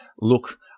look